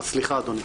אז סליחה אדוני.